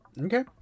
Okay